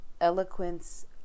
Eloquence